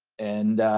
and,